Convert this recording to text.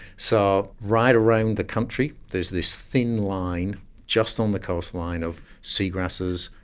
so right around the country there's this thin line just on the coastline of sea grasses,